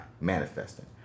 manifesting